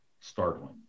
startling